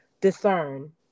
discern